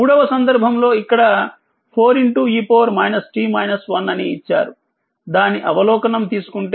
మూడవ సందర్భంలోఇక్కడ ఇచ్చారు4e దాని అవలోకనం తీసుకుంటే Cdvdt